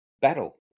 battle